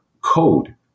code